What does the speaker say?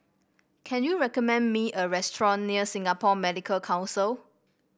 can you recommend me a restaurant near Singapore Medical Council